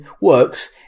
works